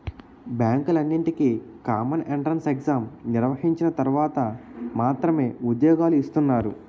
బ్యాంకులన్నింటికీ common entrance exam నిర్వహించిన తర్వాత మాత్రమే ఉద్యోగాలు ఇస్తున్నారు